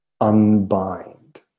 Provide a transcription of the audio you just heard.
unbind